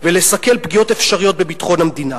ולסכל פגיעות אפשריות בביטחון המדינה".